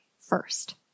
first